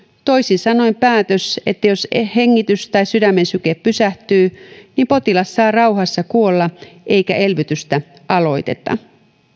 toisin sanoen päätös että jos hengitys tai sydämen syke pysähtyy niin potilas saa rauhassa kuolla eikä elvytystä aloiteta